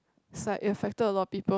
it affected a lot of people